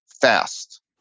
fast